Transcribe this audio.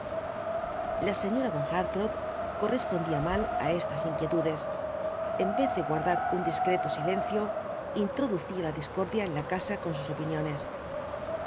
la señora von hartrott correspondía mal á estas inquietudes en vez de guardar un discreto silencio introducía la discordia en la casa con sus opiniones